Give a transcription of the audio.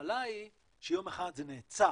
המחלה היא שיום אחד זה נעצר.